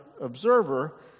observer